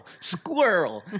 squirrel